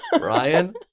Ryan